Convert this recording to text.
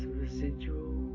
residual